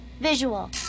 visual